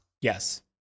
Yes